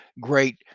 great